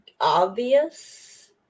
obvious